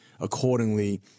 accordingly